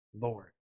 Lord